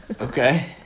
Okay